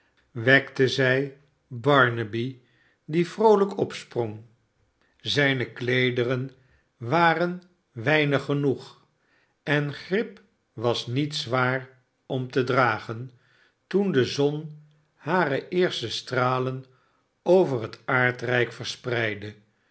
wekte zij barnaby die vroohjk opsprong zijne kleederen waren weinig genoeg en grip was met zwaar om te dragen toen de zon hare eerste stralen over het aardnjk verspreidde